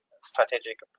strategic